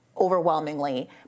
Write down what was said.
overwhelmingly